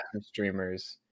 streamers